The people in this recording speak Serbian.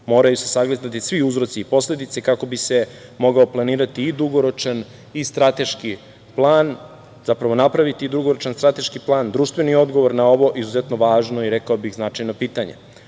moraju se sagledati svi uzroci i posledice kako bi se mogao planirati i dugoročan i strateški plan, zapravo, napraviti dugoročan strateški plan, društveni odgovor na ovo izuzetno važno i rekao bih značajno pitanje.